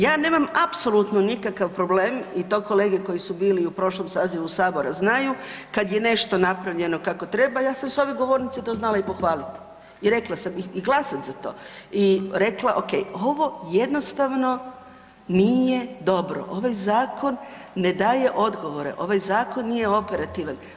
Ja nemam apsolutno nikakav problem i to kolege koji su bili u prošlom sazivu Sabora znaju, kad je nešto napravljeno kako treba, ja sam s ove govornice to znala i pohvaliti i rekla sam i glasam za to, i rekla ok, ovo jednostavno nije dobro, ovaj zakon ne daje odgovore, ovaj zakon nije operativan.